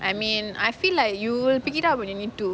I mean I feel like you will pick it up when you need to